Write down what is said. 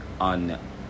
on